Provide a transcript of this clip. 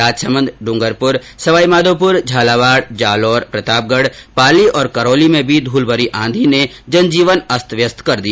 राजसमन्द डूंगरपुर सवाई माधोपुर झालावाड जालौर प्रतापगढ पाली और करौली में भी धूलभरी आंधी ने जनजीवन अस्त व्यस्त कर दिया